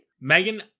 Megan